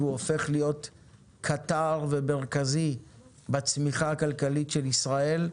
והופך להיות קטר ומרכזי בצמיחה הכלכלית של ישראל,